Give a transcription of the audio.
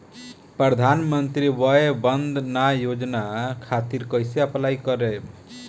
प्रधानमंत्री वय वन्द ना योजना खातिर कइसे अप्लाई करेम?